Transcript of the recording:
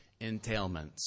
entailments